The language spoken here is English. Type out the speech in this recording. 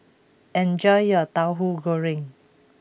enjoy your Tauhu Goreng